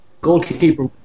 goalkeeper